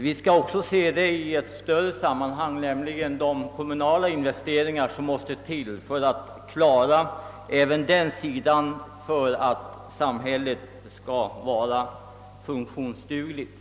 Vi skall också se saken i ett större sammanhang och tänka på de kommunala investeringar som krävs för de allmänna anordningar som är nödvändiga för att samhället skall vara funktionsdugligt.